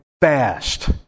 fast